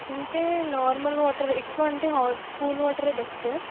అంటే normal water ఎక్కువంటే హ కూల్ వాటరే బెస్ట్